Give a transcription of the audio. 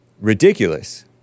Ridiculous